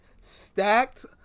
stacked